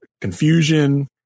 confusion